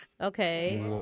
Okay